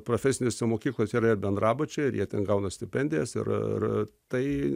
profesinėse mokyklose yra ir bendrabučiai ir jie ten gauna stipendijas ir r tai